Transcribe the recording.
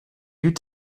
eut